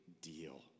deal